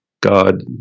God